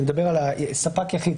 ואני מדבר על ספק יחיד,